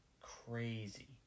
crazy